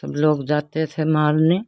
सब लोग जाते थे मारने